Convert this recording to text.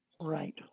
Right